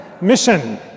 mission